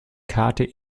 karte